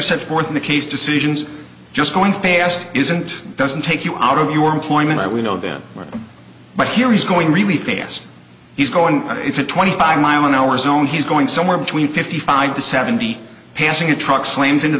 set forth in the case decisions just going past isn't doesn't take you out of your employment we know that but here is going really fast he's going it's a twenty five mile an hour zone he's going somewhere between fifty five to seventy passing a truck slams into